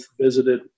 visited